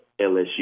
LSU